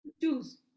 Choose